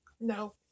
No